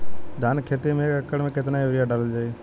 धान के खेती में एक एकड़ में केतना यूरिया डालल जाई?